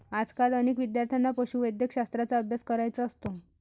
आजकाल अनेक विद्यार्थ्यांना पशुवैद्यकशास्त्राचा अभ्यास करायचा असतो